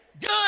Good